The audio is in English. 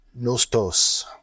Nostos